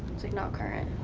it's like, not current.